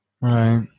Right